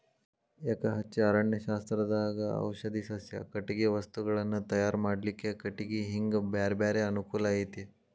ಎಕಹಚ್ಚೆ ಅರಣ್ಯಶಾಸ್ತ್ರದಾಗ ಔಷಧಿ ಸಸ್ಯ, ಕಟಗಿ ವಸ್ತುಗಳನ್ನ ತಯಾರ್ ಮಾಡ್ಲಿಕ್ಕೆ ಕಟಿಗಿ ಹಿಂಗ ಬ್ಯಾರ್ಬ್ಯಾರೇ ಅನುಕೂಲ ಐತಿ